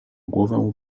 głowę